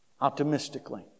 Optimistically